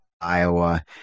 Iowa